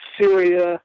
Syria